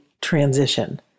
transition